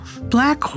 Black